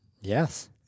Yes